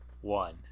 one